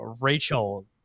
Rachel